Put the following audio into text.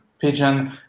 pigeon